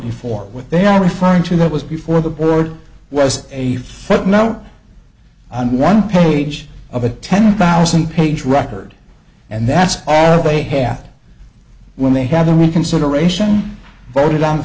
before what they are referring to that was before the board was a footnote on one page of a ten thousand page record and that's all of a half when they have the reconsideration voted on the